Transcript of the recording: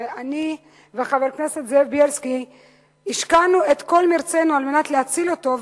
שאני וחבר הכנסת זאב בילסקי השקענו את כל מרצנו על מנת להציל אותו,